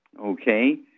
Okay